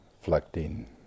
Reflecting